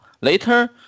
Later